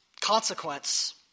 consequence